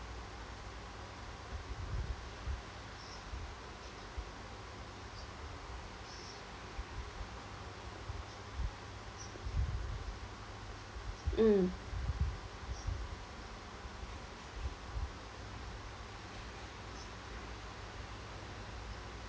mm